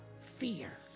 fear